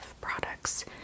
products